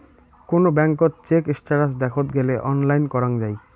কোন ব্যাঙ্কত check status দেখত গেলে অনলাইন করাঙ যাই